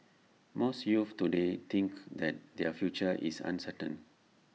most youths today think that their future is uncertain